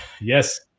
Yes